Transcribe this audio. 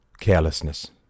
carelessness